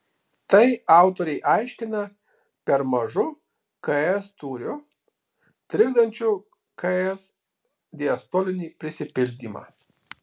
tai autoriai aiškina per mažu ks tūriu trikdančiu ks diastolinį prisipildymą